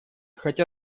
хотя